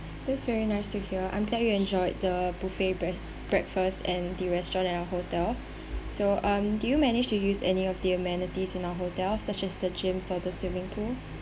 that's very nice to hear I'm glad you enjoyed the buffet brea~ breakfast and the restaurant at our hotel so um do you manage to use any of the amenities in our hotel such as the gyms or the swimming pool